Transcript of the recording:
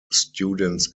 students